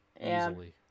easily